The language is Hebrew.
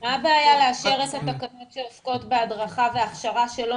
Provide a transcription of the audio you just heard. מה הבעיה לאשר את התקנות שעוסקות בהדרכה והכשרה שלא